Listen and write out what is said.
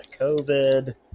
covid